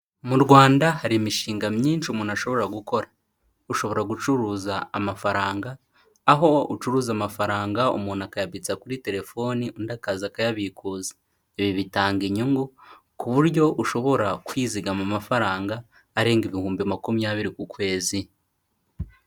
Mu Rwanda hari imishinga myinshi umuntu ashobora gukora, ushobora gucuruza amafaranga, aho ucuruza amafaranga, umuntu akayabitsa kuri telefoni, undi akaza akayabikuza .Ibi bitanga inyungu ku buryo ushobora kwizigama amafaranga arenga ibihumbi makumyabiri ku kwezi.